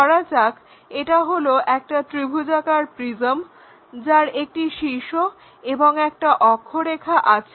ধরা যাক এটা হলো একটা ত্রিভুজাকার প্রিজম যার একটি শীর্ষ এবং একটি অক্ষরেখা আছে